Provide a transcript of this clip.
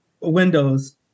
Windows